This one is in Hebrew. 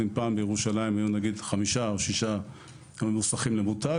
אם פעם היו בירושלים חמישה או שישה מוסכים למותג,